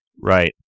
Right